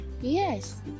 Yes